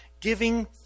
giving